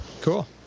Cool